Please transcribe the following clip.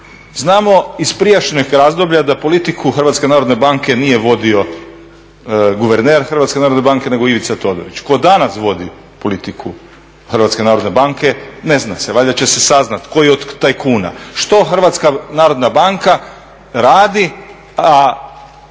znamo iz prijašnjih razdoblja da politiku HNB-a nije vodio guverner HNB-a nego Ivica Todorić. Tko danas vodi politiku HNB-a ne zna se, valjda će se saznati koji od tajkuna, što HNB radi, a